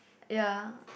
ya